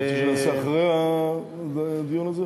אתה רוצה שנעשה את זה אחרי הדיון הזה